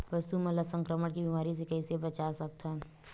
पशु मन ला संक्रमण के बीमारी से कइसे बचा सकथन?